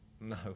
No